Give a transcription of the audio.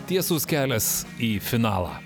tiesus kelias į finalą